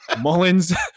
Mullins